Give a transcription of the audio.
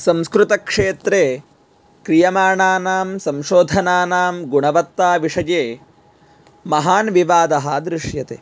संस्कृतक्षेत्रे क्रियमाणानां संशोधनानां गुणवत्ताविषये महान् विवादः दृश्यते